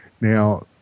now